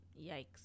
yikes